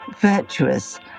virtuous